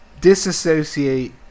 Disassociate